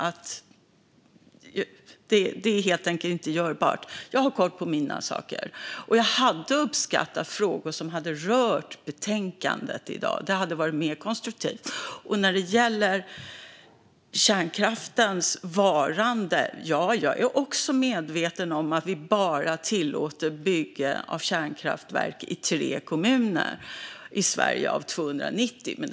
Det är helt enkelt inte görbart. Jag har koll på mina saker. Jag hade uppskattat frågor som hade rört betänkandet i dag. Det hade varit mer konstruktivt. När det gäller kärnkraftens varande är också jag medveten om att vi bara tillåter bygge av kärnkraftverk i 3 av Sveriges 290 kommuner.